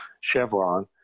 Chevron